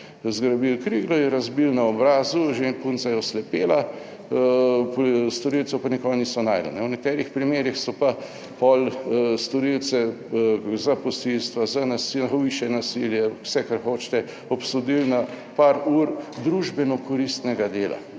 zgrabili »kriglo«, ji jo razbili na obrazu, že punca je oslepela, storilcev pa nikoli niso našli. V nekaterih primerih so pa potem storilce za posilstva, za nasilno, hujše nasilje, vse, kar hočete, obsodili na par ur družbeno koristnega dela,